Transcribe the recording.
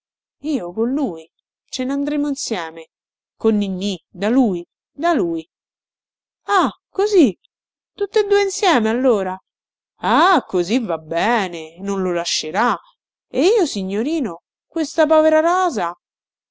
io con lui ce nandremo insieme con ninnì da lui da lui ah così tutte due insieme allora ah così va bene non lo lascerà e io signorino questa povera rosa